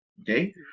Okay